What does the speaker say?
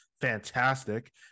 fantastic